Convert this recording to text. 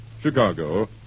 Chicago